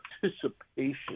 participation